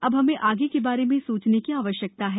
अब हमें आगे के बारे में सोचने की आवश्यकता है